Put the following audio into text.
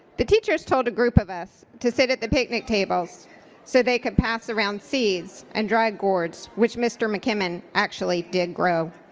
the teachers told a group of us to sit at the picnic tables so they could pass around seeds and dry gourds, which mr. mckemmon actually did grow.